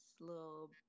little